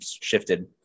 shifted